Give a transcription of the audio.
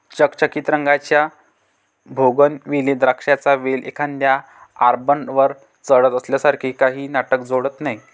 चकचकीत रंगाच्या बोगनविले द्राक्षांचा वेल एखाद्या आर्बरवर चढत असल्यासारखे काहीही नाटक जोडत नाही